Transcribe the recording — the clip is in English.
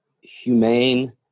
humane